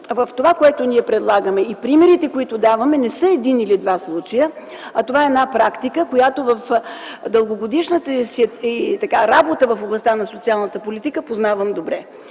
това, което ние предлагаме и примерите, които даваме, не са един или два случая. Това е една практика, която познавам добре от дългогодишната работа в областта на социалната политика. Нека да се